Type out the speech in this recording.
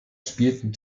spielten